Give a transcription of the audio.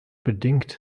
bedingt